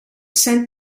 sent